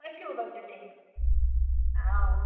পাইছোঁ পাইছোঁ চিনি